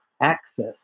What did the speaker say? access